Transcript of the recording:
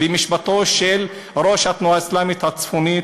במשפטו של ראש התנועה האסלאמית הצפונית,